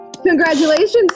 Congratulations